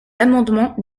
l’amendement